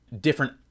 different